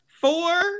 four